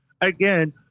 Again